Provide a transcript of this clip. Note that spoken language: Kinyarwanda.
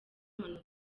amanota